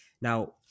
now